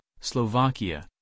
Slovakia